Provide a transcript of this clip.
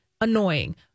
Annoying